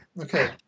Okay